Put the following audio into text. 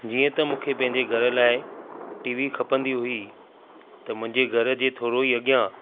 जीअं त मूंखे पंहिंजे घर लाइ टीवी खपंदी हुई त मुंहिंजे घर जे थोरो ई अॻियां